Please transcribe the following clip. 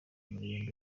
muri